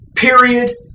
Period